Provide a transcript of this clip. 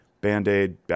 Band-aid